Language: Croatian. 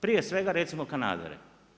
Prije sveg recimo kanadere.